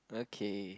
okay